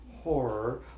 horror